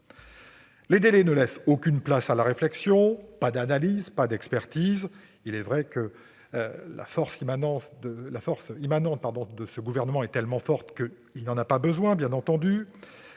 Les délais ne laissent aucune place à la réflexion. Pas d'analyse, pas d'expertise. Il est vrai que la force immanente de ce gouvernement est telle qu'il n'en a pas besoin ... Cet